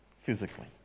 physically